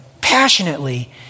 passionately